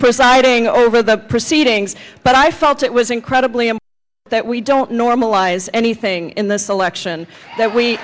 presiding over the proceedings but i felt it was incredibly in that we don't normalize anything in the selection that we